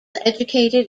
educated